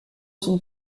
son